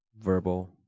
verbal